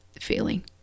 feeling